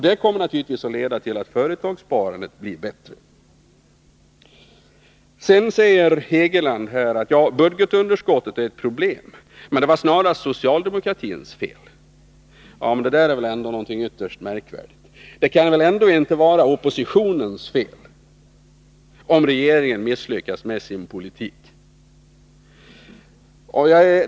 Det kommer naturligtvis att leda till att företagssparandet blir bättre. ö Hugo Hegeland säger att budgetunderskottet är ett problem men att underskottet snarast var socialdemokratins fel. Det där är väl ändå något ytterst märkligt. Det kan väl inte vara oppositionens fel, om regeringen misslyckas med sin politik?